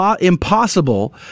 impossible